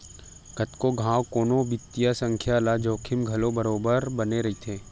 कतको घांव कोनो बित्तीय संस्था ल जोखिम घलो बरोबर बने रहिथे